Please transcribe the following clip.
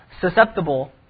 susceptible